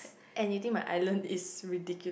and you think my island is ridicu~